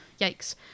yikes